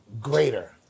greater